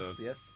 Yes